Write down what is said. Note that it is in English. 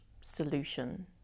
solution